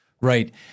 Right